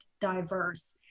diverse